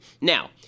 Now